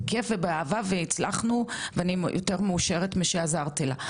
בכייף ובאהבה והצלחנו ואני יותר מאושרת משעזרתי לה.